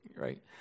right